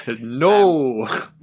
No